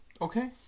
Okay